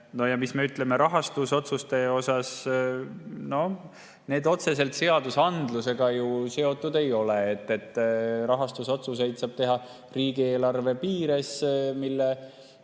olnud. Mis me ütleme rahastusotsuste kohta? Noh, need otseselt seadusandlusega seotud ju ei ole. Rahastusotsuseid saab teha riigieelarve piires, mille